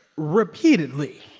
repeatedly.